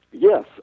Yes